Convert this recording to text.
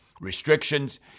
restrictions